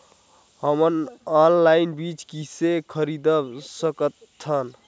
हमन मन ऑनलाइन बीज किसे खरीद सकथन?